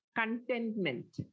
contentment